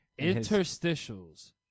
Interstitials